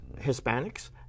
Hispanics